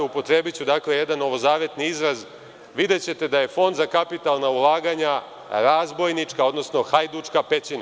Upotrebiću, dakle jedan novozavetni izraz, videćete da je Fond za kapitalna ulaganja razbojnička, odnosno hajdučka pećina.